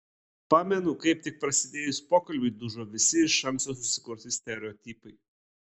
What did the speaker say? pamenu kaip tik prasidėjus pokalbiui dužo visi iš anksto susikurti stereotipai